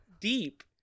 deep